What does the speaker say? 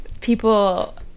People